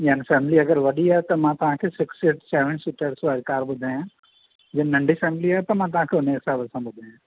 याने फैमिली अगरि वॾी आहे त मां तव्हां खे सिक्स सेवन सीटर वारी कार ॿुधायां जे नंढी फैमिली आहे त मां तव्हां खे हुन हिसाब सां ॿुधायां